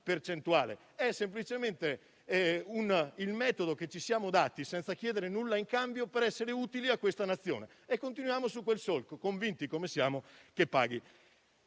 È semplicemente il metodo che ci siamo dati senza chiedere nulla in cambio per essere utili a questa nazione e continuiamo su tale solco, convinti, come siamo, che paghi.